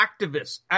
activists